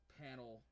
panel